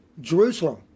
Jerusalem